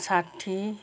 साठी